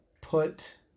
put